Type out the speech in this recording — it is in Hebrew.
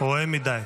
רועם מדי.